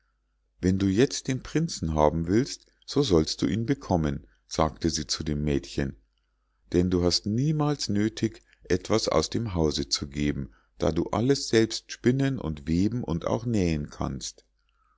wenn du jetzt den prinzen haben willst so sollst du ihn bekommen sagte sie zu dem mädchen denn du hast niemals nöthig etwas aus dem hause zu geben da du alles selbst spinnen und weben und auch nähen kannst